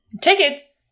tickets